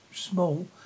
small